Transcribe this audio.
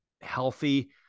healthy